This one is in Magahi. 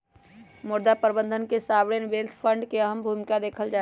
मुद्रा प्रबन्धन में सॉवरेन वेल्थ फंड के अहम भूमिका देखल जाहई